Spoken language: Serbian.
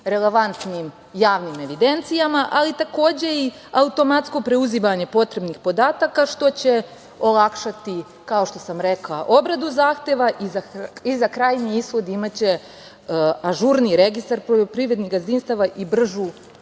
relevantnim javnim evidencijama, ali takođe i automatsko preuzimanje potrebnih podataka, što će olakšati, kao što sam rekla, obradu zahteva i za krajnji ishod imaće ažurniji registar poljoprivrednih gazdinstava i bržu